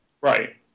Right